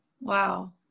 wow